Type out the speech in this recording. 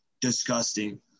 disgusting